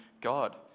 God